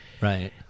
Right